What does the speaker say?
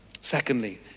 Secondly